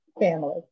family